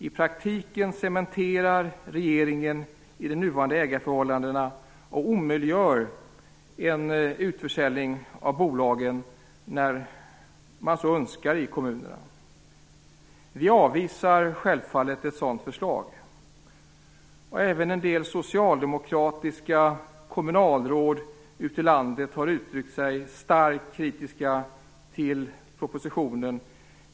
I praktiken cementerar regeringen de nuvarande ägarförhållandena och omöjliggör en utförsäljning av bolagen när kommunerna så önskar. Vi avvisar självfallet ett sådant förslag. Även en del socialdemokratiska kommunalråd ute i landet har uttryckt stark kritik mot propositionen.